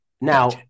Now